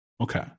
Okay